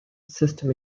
system